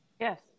Yes